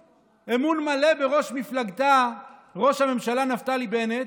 מלא בראש מפלגתה ראש הממשלה נפתלי בנט,